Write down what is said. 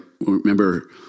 remember